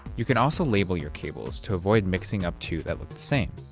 you can also label your cables to avoid mixing up two that look the same.